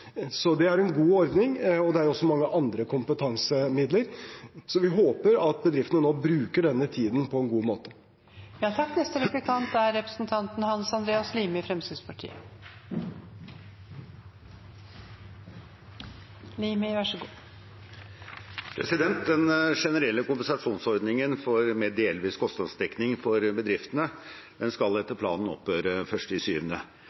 Så det er en god ordning. Det er også mange andre kompetansemidler, så vi håper bedriftene nå bruker denne tiden på en god måte. Den generelle kompensasjonsordningen med delvis kostnadsdekning for bedriftene skal etter planen opphøre 1. juli. Så vet vi at det fortsatt er mange bedrifter som vil ha koronautfordringer etter den